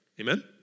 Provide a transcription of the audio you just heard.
Amen